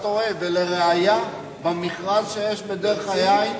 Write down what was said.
ולראיה, במכרז שיש ב"דרך היין"